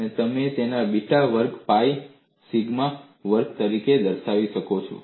અને તમે તેને બીટા વર્ગ પાઇ એ સિગ્મા વર્ગ તરીકે દર્શાવી શકો છો